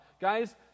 Guys